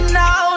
now